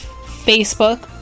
Facebook